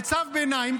בצו ביניים,